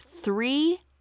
three